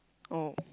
oh